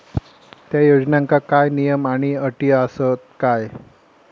त्या योजनांका काय नियम आणि अटी आसत काय?